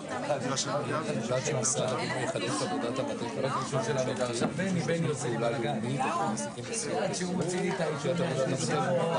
פתיחת החלון: מפקח בנייה הגיע לראות ואמר "הכל בסדר,